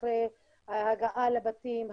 אחרי ההגעה לבתים,